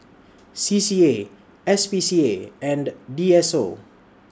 C C A S P C A and D S O